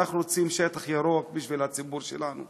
אנחנו רוצים שטח ירוק בשביל הציבור שלנו.